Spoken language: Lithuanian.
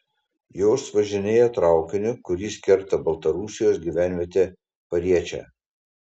jos važinėja traukiniu kuris kerta baltarusijos gyvenvietę pariečę